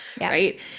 right